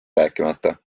rääkimata